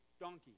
donkey